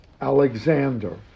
Alexander